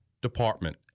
department